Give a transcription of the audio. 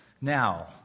Now